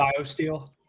BioSteel